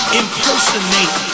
impersonate